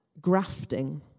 grafting